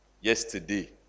yesterday